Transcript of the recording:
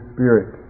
Spirit